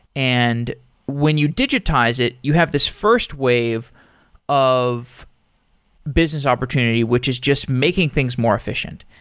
and when you digitize it, you have this first wave of business opportunity, which is just making things more efficient.